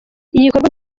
igikorwa